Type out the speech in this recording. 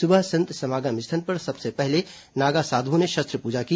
सुबह संत समागम स्थल पर सबसे पहले नागा साध्ओं ने शस्त्र पूजा की